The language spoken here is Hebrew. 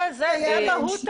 זה מהות העניין.